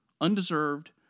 Undeserved